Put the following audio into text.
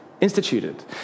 instituted